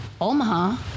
Omaha